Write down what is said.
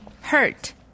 hurt